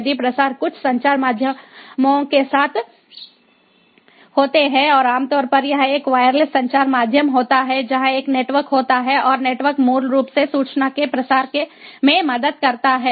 यदि प्रसार कुछ संचार माध्यमों के साथ होता है और आमतौर पर यह एक वायरलेस संचार माध्यम होता है जहां एक नेटवर्क होता है और नेटवर्क मूल रूप से सूचना के प्रसार में मदद करता है